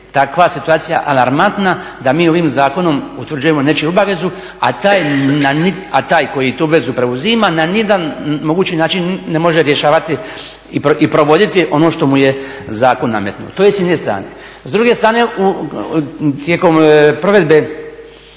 takva situacija alarmantna da mi ovim zakonom utvrđujemo nečiju obavezu a taj koji tu obvezu preuzima na nijedan mogući način ne može rješavati i provoditi ono što mu je zakon nametnuo. To je s jedne strane. S druge strane tijekom provedbe